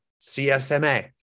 CSMA